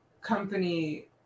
company